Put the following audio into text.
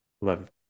love